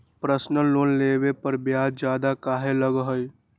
Personal loan लेबे पर ब्याज ज्यादा काहे लागईत है?